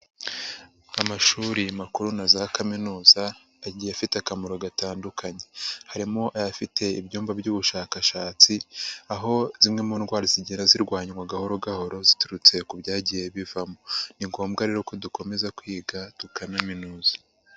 Amashuri makuru na za Kaminuza, agiye afite akamaro gatandukanye. Harimo ayafite ibyumba by'ubushakashatsi, aho zimwe mu ndwara zigera zirwanywa gahoro gahoro ziturutse ku byagiye bivamo. Ni ngombwa rero ko dukomeza kwiga tukanaminuza.